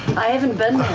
i haven't been